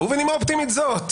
ובנימה אופטימית זו,